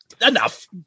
enough